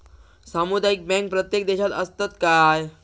सामुदायिक बँक प्रत्येक देशात असतत काय?